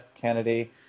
Kennedy